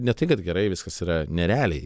ne tai kad gerai viskas yra nerealiai